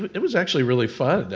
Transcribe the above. but it was actually really fun.